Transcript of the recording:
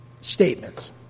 statements